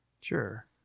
Sure